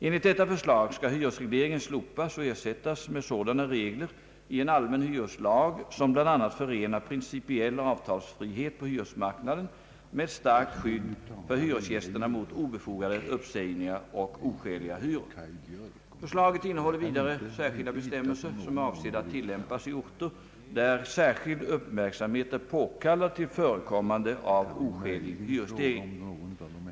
Enligt detta förslag skall hyresregleringen slopas och ersättas med sådana regler i en allmän hyreslag, som bl.a. förenar principiell avtalsfrihet på hyresmarknaden med ett starkt skydd för hyresgästerna mot obefogade uppsägningar och oskäliga hyror. Förslaget innehåller vidare särskilda bestämmelser, som är avsedda att tillämpas i orter där »särskild uppmärksamhet är påkallad till förekommande av oskälig hyresstegring».